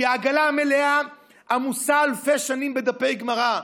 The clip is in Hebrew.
כי העגלה המלאה עמוסה אלפי שנים בדפי גמרא,